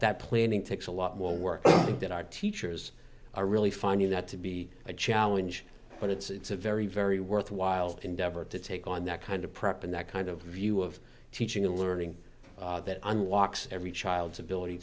that planning takes a lot more work that our teachers are really finding that to be a challenge but it's a very very worthwhile endeavor to take on that kind of prep and that kind of view of teaching and learning that unlocks every child's ability